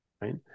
right